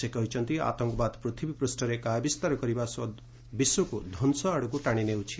ସେ କହିଛନ୍ତି ଆତଙ୍କବାଦ ପୃଥିବୀ ପୃଷ୍ଠରେ କାୟା ବିସ୍ତାର କରିବା ସହ ବିଶ୍ୱକୁ ଧ୍ୱଂସ ଆଡ଼କୁ ଟାଣିନେଉଛି